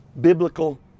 biblical